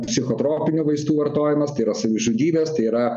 psichotropinių vaistų vartojimas tai yra savižudybės tai yra